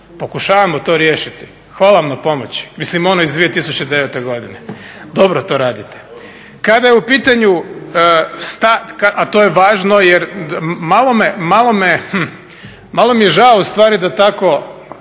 Pokušavamo to riješiti. Hvala vam na pomoći, mislim onoj iz 2009. godine. Dobro to radite. Kada je u pitanju …/Govornik se ne razumije./… a to